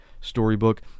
storybook